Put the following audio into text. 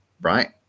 right